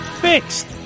fixed